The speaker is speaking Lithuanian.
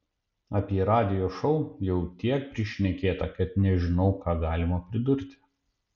apie radijo šou jau tiek prišnekėta kad nežinau ką galima pridurti